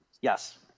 Yes